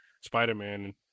Spider-Man